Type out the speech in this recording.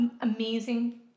amazing